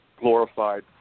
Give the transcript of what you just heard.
glorified